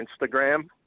Instagram